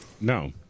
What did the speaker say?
no